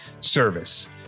service